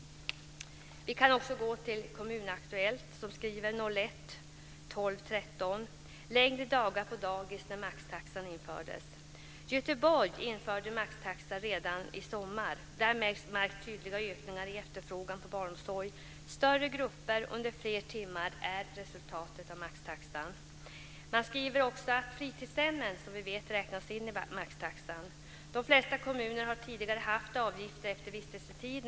Vi kan också gå till Kommun Aktuellt som skriver den 13 december 2001: "Längre dagar på dagis när maxtaxan infördes. Göteborg införde maxtaxa redan i sommar. Där märks tydliga ökningar i efterfrågan på barnomsorg. Större grupper under fler timmar är resultatet av maxtaxan." Man skriver vidare: "Även fritidshemmen räknas in i maxtaxan. De flesta kommuner har tidigare haft avgifter efter vistelsetid.